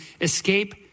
escape